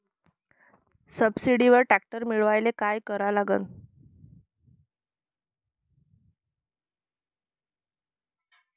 सबसिडीवर ट्रॅक्टर मिळवायले का करा लागन?